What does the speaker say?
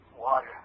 Water